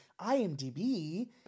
IMDB